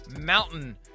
mountain